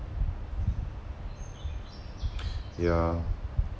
yeah